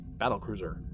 battlecruiser